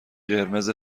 قرمز